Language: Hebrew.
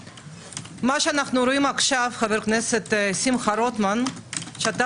מה שאנו רואים עכשיו חבר הכנסת שמחה רוטמן שאתה